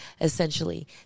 essentially